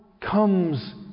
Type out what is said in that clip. comes